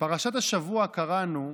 בפרשת השבוע קראנו: